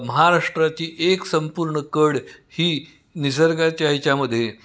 महाराष्ट्राची एक संपूर्ण कड ही निसर्गाच्या ह्याच्यामध्ये